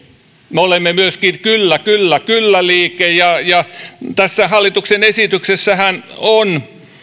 me olemme myöskin kyllä kyllä kyllä liike ja ja tässä hallituksen esityksessähän on